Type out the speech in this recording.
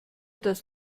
das